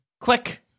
click